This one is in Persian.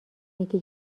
نیکی